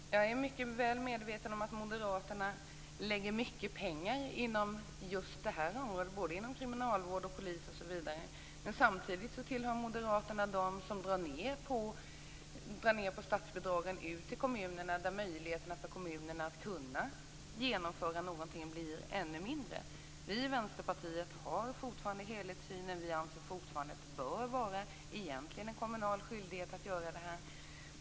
Fru talman! Jag är mycket väl medveten om att moderaterna lägger mycket pengar på just det här området, inom kriminalvård, polis, osv. Samtidigt tillhör moderaterna dem som drar ned på statsbidragen till kommunerna, där möjligheterna för kommunerna att genomföra någonting blir ännu mindre. Vi i Vänsterpartiet har fortfarande helhetssynen, och vi anser fortfarande att det bör vara en kommunal skyldighet att göra det här.